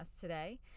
today